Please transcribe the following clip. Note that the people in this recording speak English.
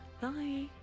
bye